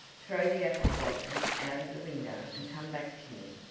throw the apple blossoms out of the window and come back to me.